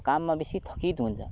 काममा बेसी थकित हुन्छ